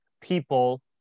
people